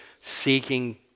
seeking